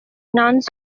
nuns